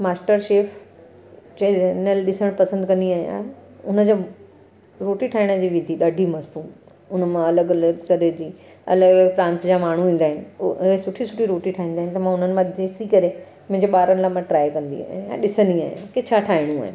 MasterChef channel ॾिसणु पसंदि कंदी आहियां उनजो रोटी ठाहिण जी विधी ॾाढी मस्तु हूंदी आहे उनमां अलॻि अलॻि तरह जी अलॻि अलॻि प्रांत जा माण्हू ईंदा आहिनि उहो ऐं सुठी सुठी रोटी ठाहींदा आहिनि त मां उन्हनि मां ॾिसी करे मुंहिंजे ॿारनि लाइ मां ट्राय कंदी आहियां ऐं ॾिसंदी आहियां की छा ठाहिणो आहे